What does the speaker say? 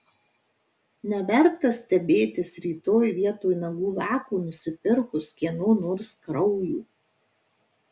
neverta stebėtis rytoj vietoj nagų lako nusipirkus kieno nors kraujo